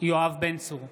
יואב בן צור,